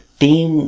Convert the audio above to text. team